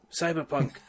cyberpunk